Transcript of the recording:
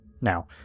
Now